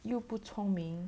又不聪明